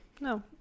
No